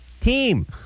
Team